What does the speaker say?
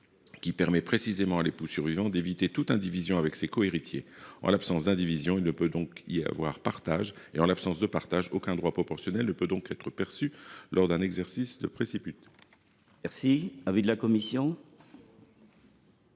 qui permet précisément à l’époux survivant d’éviter toute indivision avec ses cohéritiers. En l’absence d’indivision, il ne peut y avoir de partage et, en l’absence de partage, aucun droit proportionnel ne peut donc être perçu lors de l’exercice d’un préciput. Quel est l’avis de la commission ?